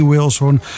Wilson